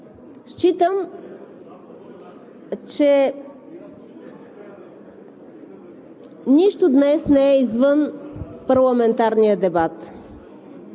Считам, че нищо днес не е извън парламентарния дебат.